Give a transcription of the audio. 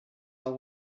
are